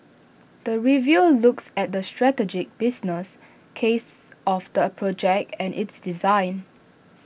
the review looks at the strategic business case of the project and its design